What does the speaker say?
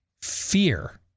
Fear